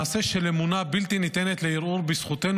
מעשה של אמונה בלתי ניתנת לערעור בזכותנו